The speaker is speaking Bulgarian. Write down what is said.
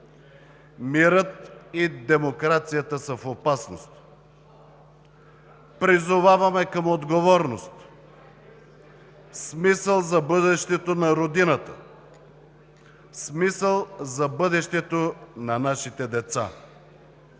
Мирът и демокрацията са в опасност! Призоваваме към отговорност с мисъл за бъдещето на Родината, с мисъл за бъдещето на нашите деца!